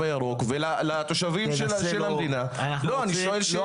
הירוק --- תנסה לא --- אני שואל שאלה.